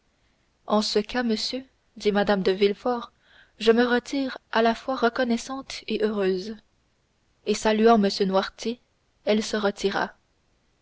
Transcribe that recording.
en ce cas monsieur dit mme de villefort je me retire à la fois reconnaissante et heureuse et saluant m noirtier elle se retira